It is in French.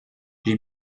j’ai